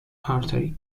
artery